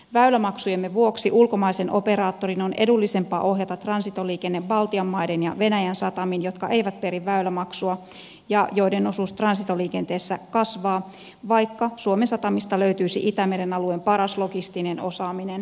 väylämaksujemme vuoksi ulkomaisen operaattorin on edullisempaa ohjata transitoliikenne baltian maiden ja venäjän satamiin jotka eivät peri väylämaksua ja joiden osuus transitoliikenteessä kasvaa vaikka suomen satamista löytyisi itämeren alueen paras logistinen osaaminen